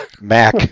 Mac